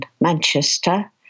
Manchester